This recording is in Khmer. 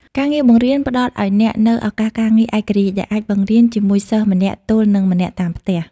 ការងារបង្រៀនផ្តល់ឱ្យអ្នកនូវឱកាសការងារឯករាជ្យ ដែលអាចបង្រៀនជាមួយសិស្សម្នាក់ទល់នឹងម្នាក់តាមផ្ទះ។